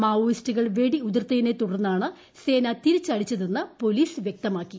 മാവോയിസ്റ്റുകൾ വെടിയുതിർത്തതിനെ തുടർന്നാണ് സേന തിരിച്ചടിച്ചതെന്ന് പോലീസ് വൃക്തമാക്കി